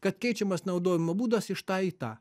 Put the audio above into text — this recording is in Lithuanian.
kad keičiamas naudojimo būdas iš tą į tą